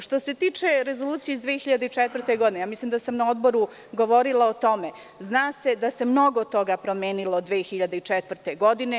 Što se tiče rezolucije iz 2004. godine, mislim da sam na Odboru govorila o tome, zna se da se mnogo toga promenilo 2004. godine.